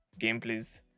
gameplays